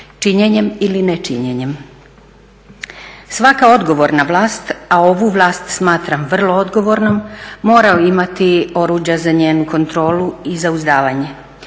činjenjem ili nečinjenjem. Svaka odgovorna vlast, a ovu vlast smatram vrlo odgovornom moraju imati oruđa za njenu kontrolu i zauzdavanje.